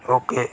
ओ के